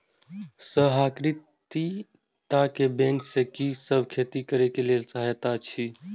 सहकारिता बैंक से कि सब खेती करे के लेल सहायता अछि?